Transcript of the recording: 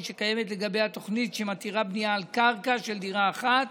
שקיימת לגבי התוכנית שמתירה בנייה על קרקע של דירה אחת